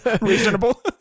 Reasonable